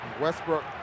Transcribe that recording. Westbrook